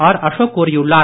R Ashok கூறியுள்ளார்